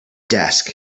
desk